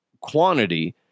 quantity